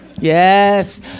Yes